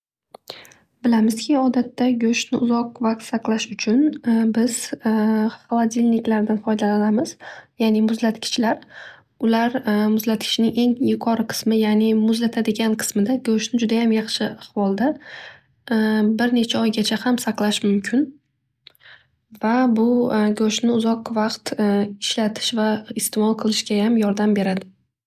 Bilamizki odatda go'shtni uzoq vaqt saqlash uchun biz holadilniklardan foydalanamiz ya'ni muzlatgichlar. Ular muzlatgichning eng yuqori yani muzlatadigan qismida go'shtni judayam yaxshi ahvolda bir necha oygacham saqlash mumkin. Va bu go'shtni uzoq vaqt ishlatish va iste'mol qilishgayam yordam beradi.